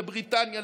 לבריטניה,